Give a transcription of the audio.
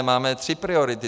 Máme tři priority.